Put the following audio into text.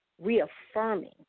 reaffirming